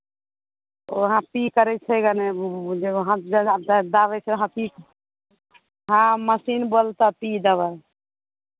वहाँ पी करै छै कि नहि जे वहाँ दा दाबै छै वहाँ पी हँ मशीन बोलतह पी दबाय